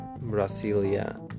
Brasilia